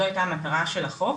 זו הייתה המטרה של החוק